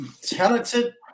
Talented